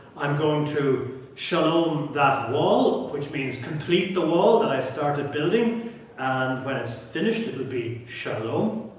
i'm going to shalom that wall, which means, complete the wall that i started building and when it's finished it'll be shalom.